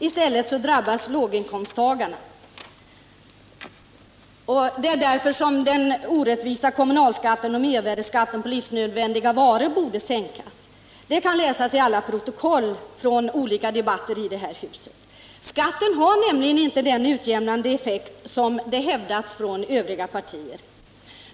I stället drabbas låginkomsttagarna. Det är därför som den orättvisa kommunalskatten och mervärdeskatten på livsnödvändiga varor borde sänkas. Om detta kan läsas i alla protokoll från olika debatter i det här huset. Skatten har nämligen inte den utjämnande effekt som övriga partier hävdar.